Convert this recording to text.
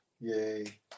Yay